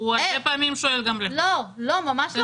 הרבה פעמים הוא שואל על רחוב.